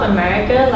America